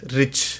rich